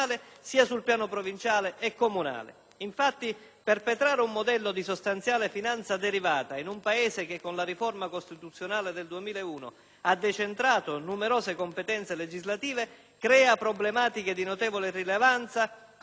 Infatti, perpetrare un modello di sostanziale finanza derivata in un Paese che con la riforma costituzionale del 2001 ha decentrato numerose competenze legislative crea problematiche di notevole rilevanza (come ben sappiamo noi siciliani